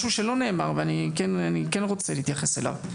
משהו שלא נאמר ואני כן רוצה להתייחס אליו.